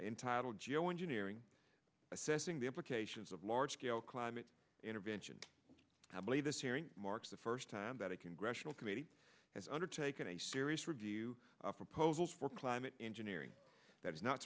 entitled geo engineering assessing the implications of large scale climate intervention i believe this hearing marks the first time that a congressional committee has undertaken a serious review of proposals for climate engineering that not